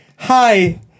Hi